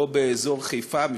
לא באזור חיפה,